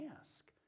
ask